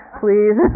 please